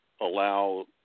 allow